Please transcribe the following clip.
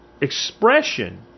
expression